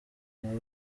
nawe